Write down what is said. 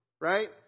right